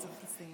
נא לסיים.